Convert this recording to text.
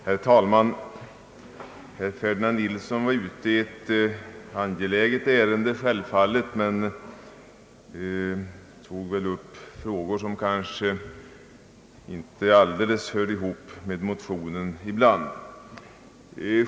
Herr talman! Herr Ferdinand Nilsson var självfallet ute i ett angeläget ärende men tog väl upp frågor som kanske inte till alla delar hör ihop med motionerna.